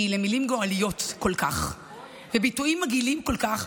כי למילים גועליות כל כך וביטויים מגעילים כל כך,